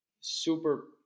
super